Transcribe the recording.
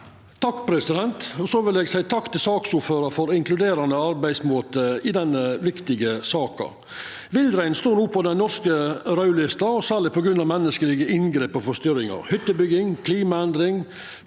(H) Eg vil seia takk til saks- ordføraren for inkluderande arbeidsmåte i denne viktige saka. Villreinen står no på den norske raudlista, særleg på grunn av menneskelege inngrep og forstyrringar. Hyttebygging, klimaendringar,